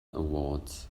awards